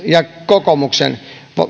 ja kokoomuksen